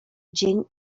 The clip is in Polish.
dzień